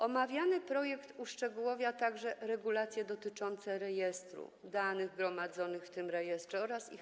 Omawiany projekt uszczegółowia także regulacje dotyczące rejestru, danych gromadzonych w tym rejestrze oraz ich